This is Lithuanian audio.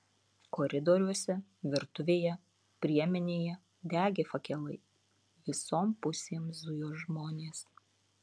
koridoriuose virtuvėje priemenėje degė fakelai visom pusėm zujo žmonės